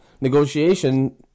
negotiation